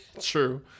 True